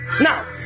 Now